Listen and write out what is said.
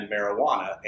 marijuana